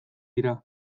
dira